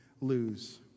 lose